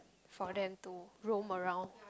for them to roam around